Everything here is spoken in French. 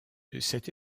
cette